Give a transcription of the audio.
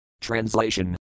TRANSLATION